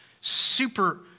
super